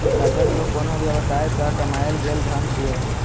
राजस्व कोनो व्यवसाय सं कमायल गेल धन छियै